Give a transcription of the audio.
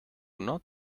not